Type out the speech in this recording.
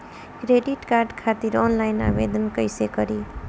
Credit card खातिर online आवेदन कइसे करि?